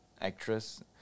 actress